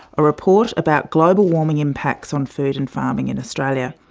a report about global warming impacts on food and farming in australia.